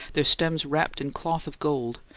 their stems wrapped in cloth of gold,